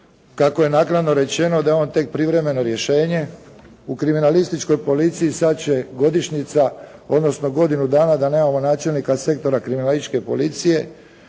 kako je naknadno rečeno da je on tek privremeno rješenje. U kriminalističkoj policiji sada će godišnjica, odnosno godinu dana da nemamo načelnika sektora kriminalističke policije.